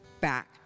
back